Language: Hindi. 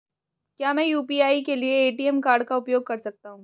क्या मैं यू.पी.आई के लिए ए.टी.एम कार्ड का उपयोग कर सकता हूँ?